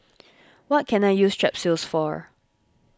what can I use Strepsils for